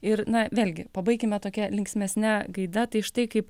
ir na vėlgi pabaikime tokia linksmesne gaida tai štai kaip